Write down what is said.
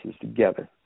together